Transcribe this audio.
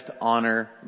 honor